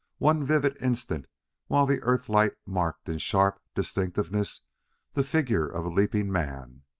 one vivid instant while the earth-light marked in sharp distinctness the figure of a leaping man!